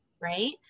right